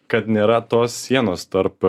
kad nėra tos sienos tarp